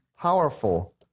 powerful